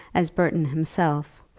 as burton himself,